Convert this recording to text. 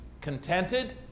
contented